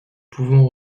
pouvons